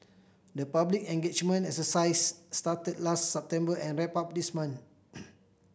the public engagement exercises started last September and wrapped up this month